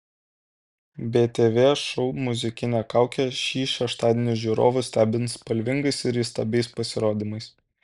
btv šou muzikinė kaukė šį šeštadienį žiūrovus stebins spalvingais ir įstabiais pasirodymais